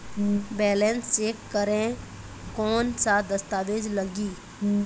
Balance check करें कोन सा दस्तावेज लगी?